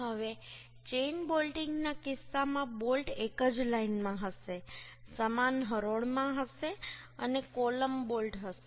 હવે ચેઇન બોલ્ટિંગના કિસ્સામાં બોલ્ટ એક જ લાઇનમાં હશે સમાન હરોળમાં હશે અને કોલમ બોલ્ટ હશે